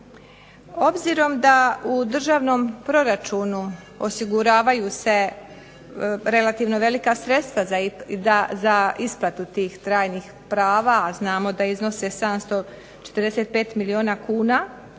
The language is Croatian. Obzirom da u državnom proračunu osiguravaju se relativno velika sredstva za isplatu tih trajnih prava, a znamo da iznose 745 milijun kuna